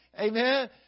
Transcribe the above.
Amen